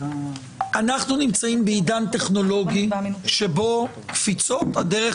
אנחנו נמצאים בעידן טכנולוגי שבו קפיצות הדרך